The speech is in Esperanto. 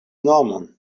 nomon